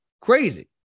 Crazy